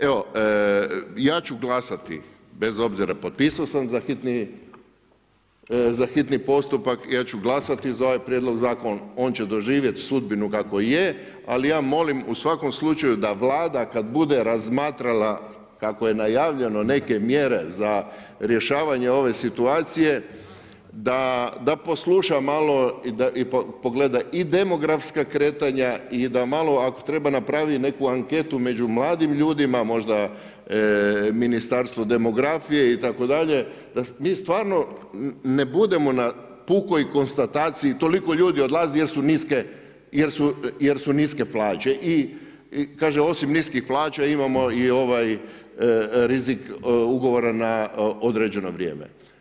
Evo, ja ću glasati, bez obzira, potpisao sam za hitni postupak, ja ću glasati za ovaj Prijedlog zakona, on će doživjeti sudbinu kako je, ali ja molim, u svakom slučaju, da Vlada kad bude razmatrala, kako je najavljeno, neke mjere za rješavanje ove situacije, da posluša malo i pogleda i demografska kretanja i da malo, ako treba, napravi neku anketu među mladim ljudima, možda Ministarstvu demografije itd. da mi stvarno ne budemo na pukoj konstataciji, toliko ljudi odlazi jer su niske plaće i kaže, osim niskih plaća imamo i rizik ugovora na određeno vrijeme.